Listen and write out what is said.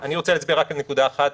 אני רוצה להצביע רק על נקודה אחת